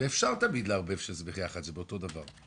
ואפשר תמיד לערבב שזה ביחד, שזה באותו דבר.